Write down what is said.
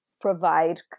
provide